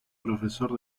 profesor